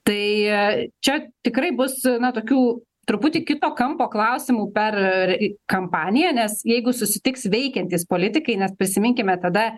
tai čia tikrai bus na tokių truputį kito kampo klausimų per r kampaniją nes jeigu susitiks veikiantys politikai nes prisiminkime tada